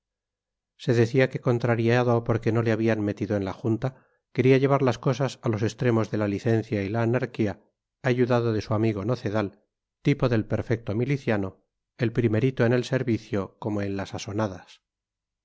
se decía que contrariado porque no le habían metido en la junta quería llevar las cosas a los extremos de la licencia y la anarquía ayudado de su amigo nocedal tipo del perfecto miliciano el primerito en el servicio como en las asonadas